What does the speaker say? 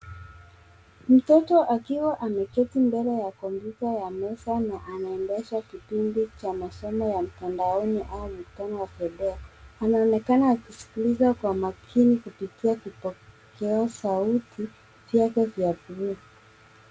Mtoto akiwa ameketi mbele ya kompyuta ya meza na anaendesha kipindi cha masomo ya mtandaoni au mkutano wa video. Anaonekana akiskiliza kwa makini kupitia vipokeo sauti vyake vya bluu.